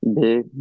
big